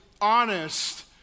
honest